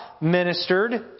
ministered